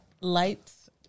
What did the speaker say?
lights